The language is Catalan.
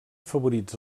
favorits